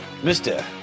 mr